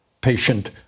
patient